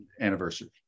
anniversary